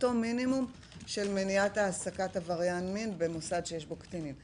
מינימום של מניעת העסקת עבריין מין במוסד שיש בו קטינים.